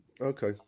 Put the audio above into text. Okay